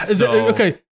Okay